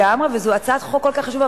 לגמרי, וזאת הצעת חוק כל כך חשובה.